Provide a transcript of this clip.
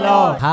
Lord